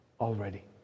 already